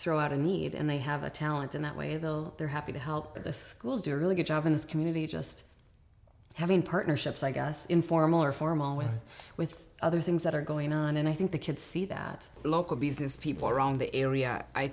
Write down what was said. throw out a need and they have a talent in that way though they're happy to help in the schools they're really good job in this community just having partnerships i guess informal or formal with with other things that are going on and i think the kids see that local businesspeople around the area i